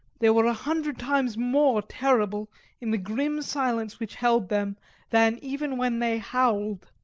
they were a hundred times more terrible in the grim silence which held them than even when they howled.